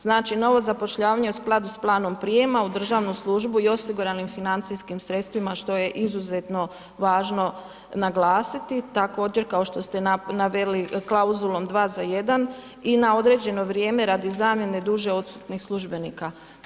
Znači novo zapošljavanje u skladu s planom prijama u državnu službu i osiguranim financijskim sredstvima što je izuzetno važno naglasiti također kao što ste naveli klauzulom 2 za 1 i na određeno vrijeme radi zamjene duže odsutnih službenika.